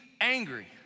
angry